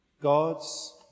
God's